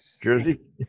Jersey